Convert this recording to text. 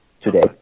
today